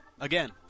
Again